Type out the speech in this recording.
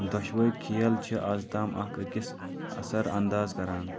دۄشوے کھیل چھِ آز تام اكھ أکِس اثر انداز کران